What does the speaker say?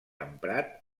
emprat